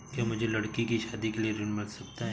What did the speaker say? क्या मुझे लडकी की शादी के लिए ऋण मिल सकता है?